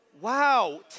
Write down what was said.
Wow